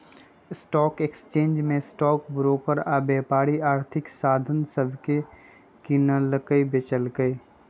stock exchange में stock broker आऽ व्यापारी आर्थिक साधन सभके किनलक बेचलक